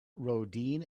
rondine